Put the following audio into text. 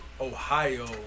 Ohio